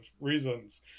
reasons